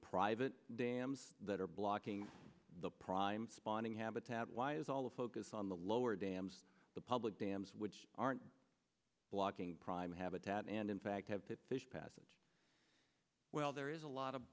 private dams that are blocking the prime spawning habitat why is all the focus on the lower dams the public dams which aren't blocking prime habitat and in fact have that passage well there is a lot of